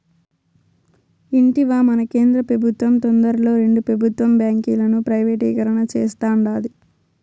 ఇంటివా, మన కేంద్ర పెబుత్వం తొందరలో రెండు పెబుత్వ బాంకీలను ప్రైవేటీకరణ సేస్తాండాది